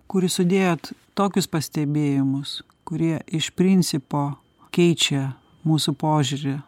kurį sudėjot tokius pastebėjimus kurie iš principo keičia mūsų požiūrį